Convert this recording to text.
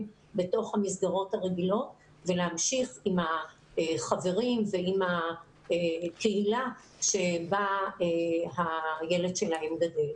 בתוך המסגרות הרגילות ולהמשיך עם החברים ועם הקהילה בה הילד שלהם גדל.